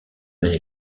maine